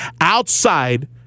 outside